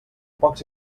pocs